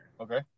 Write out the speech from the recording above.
okay